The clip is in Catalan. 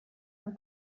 amb